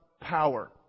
power